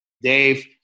Dave